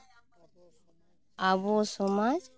ᱟᱵᱚ ᱥᱚᱢᱟᱡᱽ